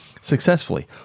successfully